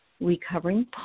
recovering